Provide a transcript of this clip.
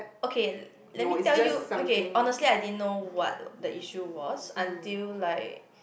okay let me tell you okay honestly I didn't know what the issue was until like